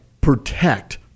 protect